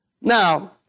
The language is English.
Now